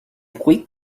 bruit